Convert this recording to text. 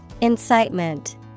Incitement